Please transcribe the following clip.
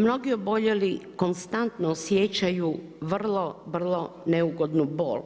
Mnogi oboljeli konstantno osjećaju vrlo, vrlo neugodnu bol,